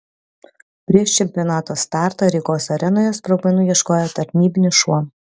prieš čempionato startą rygos arenoje sprogmenų ieškojo tarnybinis šuo